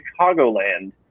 Chicagoland